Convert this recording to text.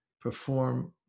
perform